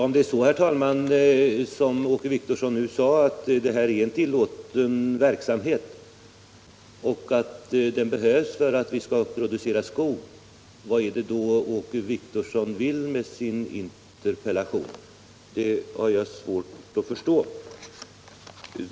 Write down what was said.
Herr talman! Om Åke Wictorsson anser att det här är en tillåten verksamhet och att den behövs för att vi skall kunna producera skog, vad är det då Åke Wictorsson vill med sin interpellation? Det har jag svårt att förstå.